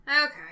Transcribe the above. okay